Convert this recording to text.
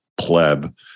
pleb